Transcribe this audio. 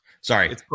Sorry